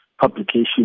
publication